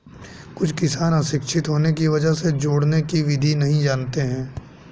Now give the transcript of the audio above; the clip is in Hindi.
कुछ किसान अशिक्षित होने की वजह से जोड़ने की विधि नहीं जानते हैं